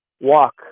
walk